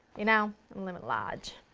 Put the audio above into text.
you know? i'm living large!